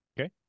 Okay